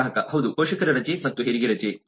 ಗ್ರಾಹಕ ಹೌದು ಪೋಷಕರ ರಜೆ ಮತ್ತು ಹೆರಿಗೆ ರಜೆ